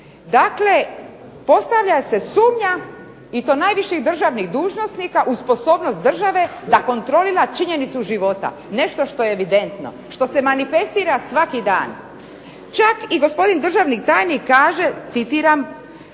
Dakle, postavlja se sumnja i to najviših državnih dužnosnika u sposobnost države da kontrolira činjenicu života, nešto što je evidentno, što se manifestira svaki dan. Čak i gospodin državni tajnik kaže, citiram: